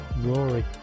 Rory